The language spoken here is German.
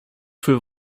für